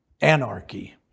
anarchy